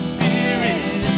Spirit